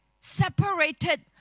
separated